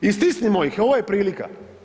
I stisnimo ih, ovo je prilika.